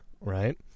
right